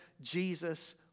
Jesus